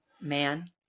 Man